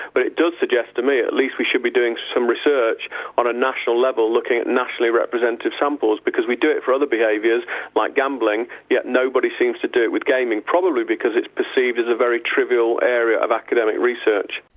but it does suggest to me that at least we should be doing some research on a national level looking at nationally represented samples because we do it for other behaviours like gambling, yet nobody seems to do it with gaming, probably because it's perceived as a very trivial area of academic research.